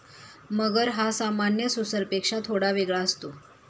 मगर हा सामान्य सुसरपेक्षा थोडा वेगळा असतो